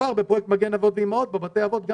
אותו דבר בפרויקט "מגן אבות ואימהות", בבתי אבות.